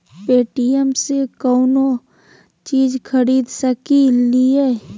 Paytm से कौनो चीज खरीद सकी लिय?